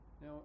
Now